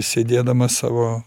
sėdėdamas savo